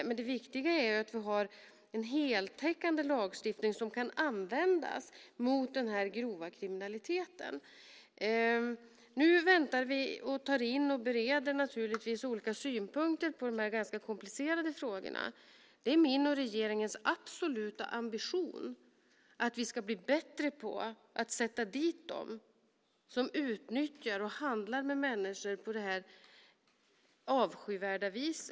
Det viktiga är att vi har en heltäckande lagstiftning som kan användas mot denna grova kriminalitet. Nu tar vi in och bereder olika synpunkter på dessa ganska komplicerade frågor. Det är min och regeringens absoluta ambition att vi ska bli bättre på att sätta dit dem som utnyttjar människor och handlar med dem på detta avskyvärda vis.